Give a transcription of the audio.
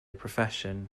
profession